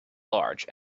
large